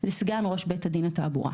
לסגן ראש בית הדין לתעבורה,